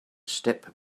step